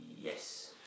Yes